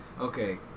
Okay